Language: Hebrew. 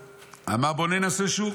אמרו: בואו ננסה שוב.